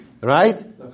Right